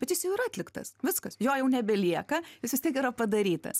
bet jis jau ir atliktas viskas jo jau nebelieka jis vis tiek yra padarytas